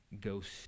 ghost